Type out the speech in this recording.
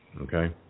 Okay